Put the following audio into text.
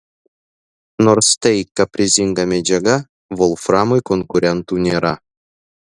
nors tai kaprizinga medžiaga volframui konkurentų nėra